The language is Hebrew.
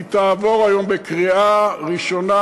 היא תעבור היום בקריאה ראשונה,